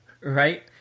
right